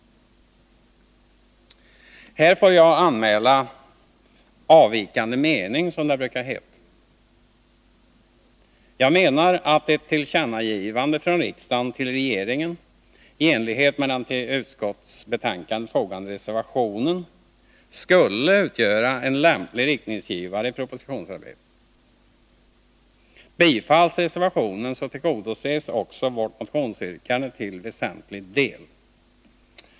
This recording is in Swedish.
Här får jag anmäla en avvikande mening, som det brukar heta. Jag menar att ett tillkännagivande från riksdagen till regeringen i enlighet med den till utskottsbetänkandet fogade reservationen skulle utgöra en lämplig riktningsgivare i propositionsarbetet. Bifalls reservationen, tillgodoses också vårt motionsyrkande till väsentlig del.